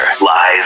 Live